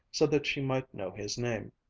so that she might know his name.